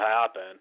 happen